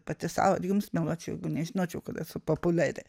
pati sau ir jums meluočiau jeigu nežinočiau kad esu populiari